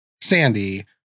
Sandy